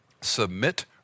Submit